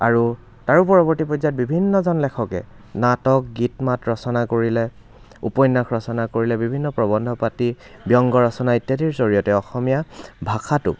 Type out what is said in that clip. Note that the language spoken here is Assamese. আৰু তাৰো পৰৱৰ্তী পৰ্যায়ত বিভিন্নজন লেখকে নাটক গীত মাত ৰচনা কৰিলে উপন্যাস ৰচনা কৰিলে বিভিন্ন প্ৰবন্ধ পাতি ব্যংগ ৰচনা ইত্যাদিৰ জৰিয়তে অসমীয়া ভাষাটোক